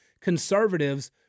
conservatives